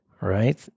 right